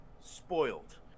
spoiled